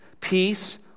Peace